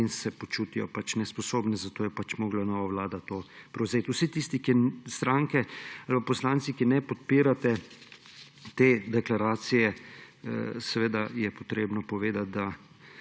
in se počutijo nesposobne, zato je morala nova vlada to prevzeti. Vsem tistim strankam, poslancem, ki ne podpirate te deklaracije, je potrebno povedati, da